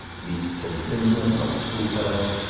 meet teddy finsworth, an old schoolfellow.